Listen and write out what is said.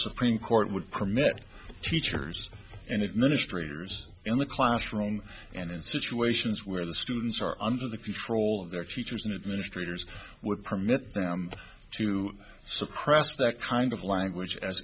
supreme court would permit teachers and administrators in the classroom and in situations where the students are under the control of their teachers and administrators would permit them to suppress that kind of language as